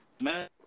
man